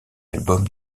albums